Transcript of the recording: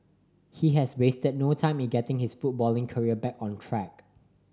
he has wasted no time in getting his footballing career back on track